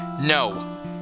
No